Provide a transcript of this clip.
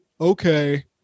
Okay